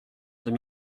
deux